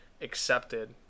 accepted